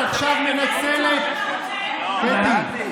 את עכשיו מנצלת, קטי.